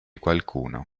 qualcuno